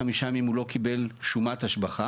אם בתוך 45 ימים הוא לא קיבל שומת השבחה,